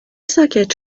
ساکت